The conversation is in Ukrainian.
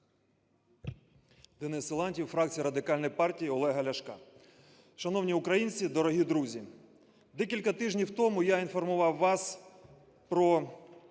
Денис Силантьєв, фракція Радикальної партії Олега Ляшка. Шановні українці, дорогі друзі! Декілька тижнів тому я інформував вас про